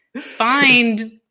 find